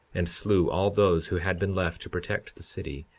and slew all those who had been left to protect the city,